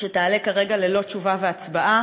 שתעלה כרגע ללא תשובה והצבעה.